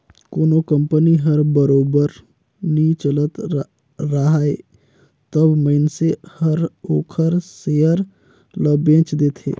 कोनो कंपनी हर बरोबर नी चलत राहय तब मइनसे हर ओखर सेयर ल बेंच देथे